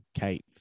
Kate